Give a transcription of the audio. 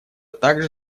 также